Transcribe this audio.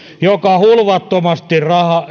joka hulvattomasti